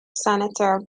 senator